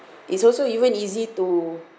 it's also even easy to